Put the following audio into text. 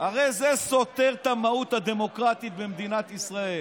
הרי זה סותר את המהות הדמוקרטית במדינת ישראל.